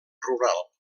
rural